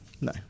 No